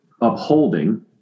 upholding